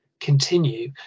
continue